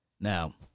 now